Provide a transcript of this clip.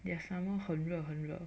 their summer 很热很热